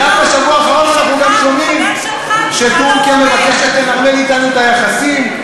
ורק בשבוע האחרון אנחנו גם שומעים שטורקיה מבקשת לנרמל אתנו את היחסים.